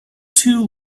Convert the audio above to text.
too